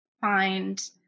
find